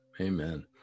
amen